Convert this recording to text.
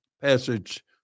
passage